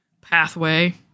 pathway